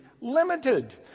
limited